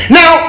now